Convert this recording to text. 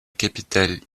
capitale